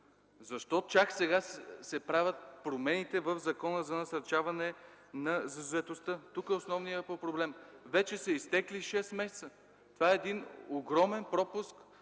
Защо чак сега се правят промените в Закона за насърчаване на заетостта? Тук е основният проблем. Вече са изтекли 6 месеца! Това е един огромен пропуск